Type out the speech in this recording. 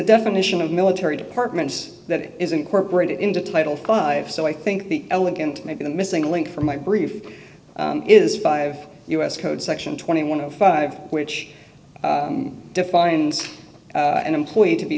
definition of military departments that is incorporated into title five so i think the elegant maybe the missing link from my brief is five u s code section twenty one of five which defines an employee to be